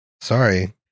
Sorry